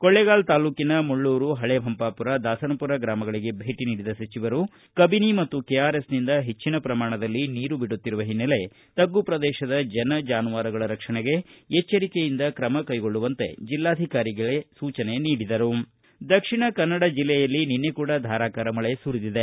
ಕೊಳ್ಳೇಗಾಲ ತಾಲೂಕಿನ ಮುಳ್ಳೂರು ಪಳೇ ಪಂಪಾಪುರ ದಾಸನಪುರ ಗ್ರಾಮಗಳಿಗೆ ಭೇಟಿ ನೀಡಿದ ಸಚಿವರು ಕಬಿನಿ ಮತ್ತು ಕೆಆರ್ಎಸ್ನಿಂದ ಹೆಚ್ಚಿನ ಪ್ರಮಾಣದಲ್ಲಿ ನೀರು ಬಿಡುತ್ತಿರುವ ಹಿನ್ನೆಲೆ ತಗ್ಗು ಪ್ರದೇಶದ ಜನ ಜಾನುವಾರುಗಳ ರಕ್ಷಣೆಗೆ ಎಚ್ವರಿಕೆಯಿಂದ ಕ್ರಮ ಕೈಗೊಳ್ಳುವಂತೆ ಜಿಲ್ಲಾಧಿಕಾರಿಗೆ ಸೂಚನೆ ನೀಡಿದರು ದಕ್ಷಿಣ ಕನ್ನಡ ಜಿಲ್ಲೆಯಲ್ಲಿ ನಿನ್ನೆ ಕೂಡಾ ಧಾರಾಕಾರ ಮಳೆ ಸುರಿದಿದೆ